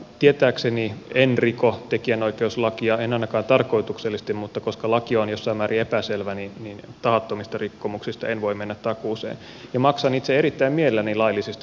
tietääkseni en riko tekijänoikeuslakia en ainakaan tarkoituksellisesti mutta koska laki on jossain määrin epäselvä niin tahattomista rikkomuksista en voi mennä takuuseen ja maksan itse erittäin mielelläni laillisista sisältöpalveluista